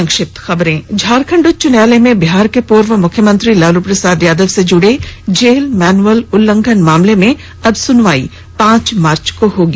संक्षिप्त खबरें झारखंड उच्च न्यायालय में बिहार के पूर्व मुख्यमंत्री लालू प्रसाद यादव से जुड़े जेल मैन्युअल उल्लंघन मामले में अब सुनवाई पांच मार्च को होगी